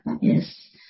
Yes